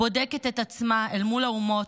בודקת את עצמה אל מול האומות,